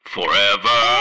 Forever